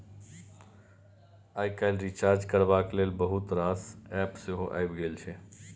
आइ काल्हि रिचार्ज करबाक लेल बहुत रास एप्प सेहो आबि गेल छै